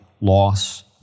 loss